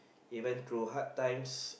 even through hard times